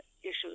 issues